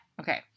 Okay